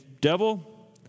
devil